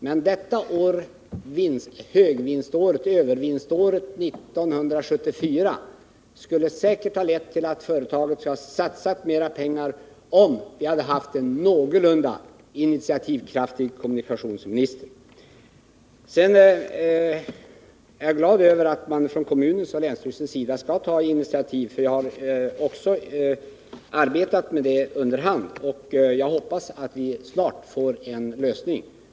Men under det s.k. övervinståret 1974 skulle företaget säkert ha satsat mer pengar i en sådan här utbyggnad, om vi hade haft en någorlunda initiativkraftig kommunikationsminister. Jag är glad över att man från kommunens och länsstyrelsens sida skall ta initiativ. Jag har också arbetat med den här frågan under hand, och jag hoppas att den snart får en lösning.